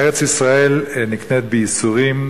ארץ-ישראל נקנית בייסורים,